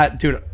dude